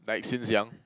like since young